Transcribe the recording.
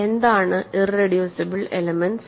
എന്താണ്ഇറെഡ്യൂസിബിൾ elements